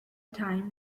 time